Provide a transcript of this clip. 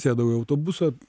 sėdau į autobusą